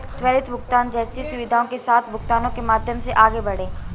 त्वरित भुगतान जैसी सुविधाओं के साथ भुगतानों के माध्यम से आगे बढ़ें